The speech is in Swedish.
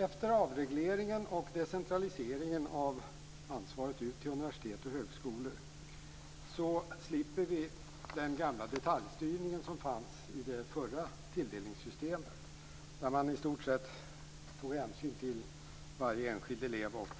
Efter avregleringen och decentraliseringen av ansvaret ut till universitet och högskolor slipper vi den gamla detaljstyrning som fanns i det förra tilldelningssystemet. Då tog man i stort sett hänsyn till varje enskild elev och